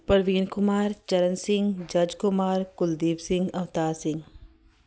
Parveen Kumar Charan Singh Jajj Kumar Kuldeep Singh Avtar Singh